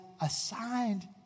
assigned